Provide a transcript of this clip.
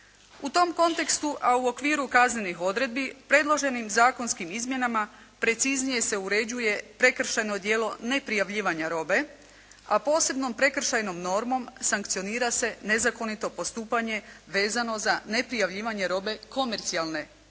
U tom kontekstu, a u okviru kaznenih odredbi predloženim zakonskim izmjenama preciznije se uređuje prekršajno djelo neprijavljivanja robe, a posebnom prekršajnom normom sankcionira se nezakonito postupanje vezano za neprijavljivanje robe komercijalne